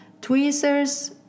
tweezers